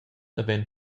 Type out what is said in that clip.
havein